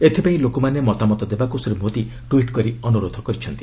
ଏଥିପାଇଁ ଲୋକମାନେ ମତାମତ ଦେବାକୁ ଶ୍ରୀ ମୋଦି ଟ୍ୱିଟ୍ କରି ଅନୁରୋଧ କରିଛନ୍ତି